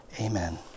Amen